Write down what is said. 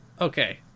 Okay